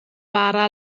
bara